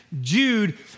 Jude